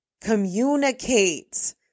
communicate